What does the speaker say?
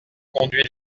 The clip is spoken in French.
conduit